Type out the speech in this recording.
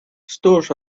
stores